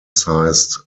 sized